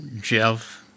Jeff